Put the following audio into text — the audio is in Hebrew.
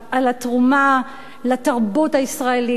על התרומה לתרבות הישראלית,